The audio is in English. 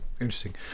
interesting